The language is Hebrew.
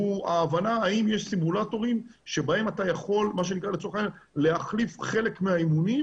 הוא ההבנה האם יש סימולטורים שבהם אתה יכול להחליף חלק מהאימונים